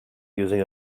using